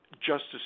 Justice